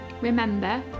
remember